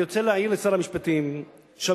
אני רוצה להעיר לשר המשפטים שהממשלה,